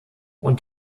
und